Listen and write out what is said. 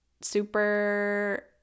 super